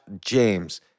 James